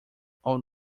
all